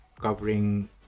covering